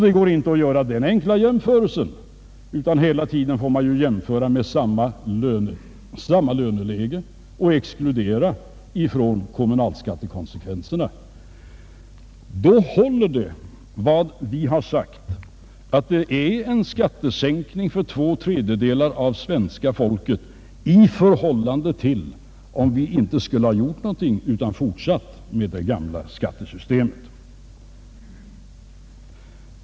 Det går inte att göra den enkla jämförelsen utan hela tiden får man jämföra med samma löneläge och exkludera kommunalskattekonsekvenserna. Om man gör detta håller vad vi har sagt, nämligen att det blir en skattesänkning för två tredjedelar av svenska folket i förhållande till om vi inte skulle ha gjort någonting utan fortsatt med det gamla skattesystemet.